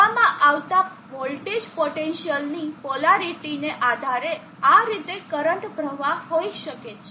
તો આપવામાં આવતા વોલ્ટેજ પોટેન્સિઅલની પોલારીટીને આધારે આ રીતે કરંટ પ્રવાહ હોઈ શકે છે